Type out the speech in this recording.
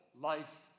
life